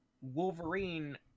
Wolverine